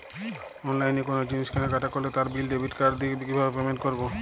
অনলাইনে কোনো জিনিস কেনাকাটা করলে তার বিল ডেবিট কার্ড দিয়ে কিভাবে পেমেন্ট করবো?